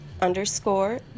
underscore